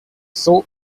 salt